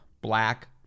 black